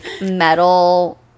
metal